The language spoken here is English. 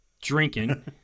drinking